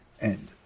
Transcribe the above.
end